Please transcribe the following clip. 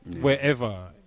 wherever